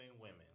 women